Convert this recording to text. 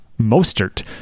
Mostert